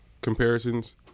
comparisons